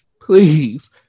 Please